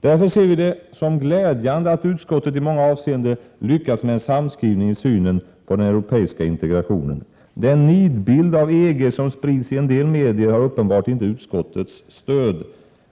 Därför ser vi det som glädjande att utskottet i många avseenden lyckats med en samskrivning i synen på den europeiska integrationen. Den nidbild av EG som sprids i en del medier har uppenbart inte utskottets stöd.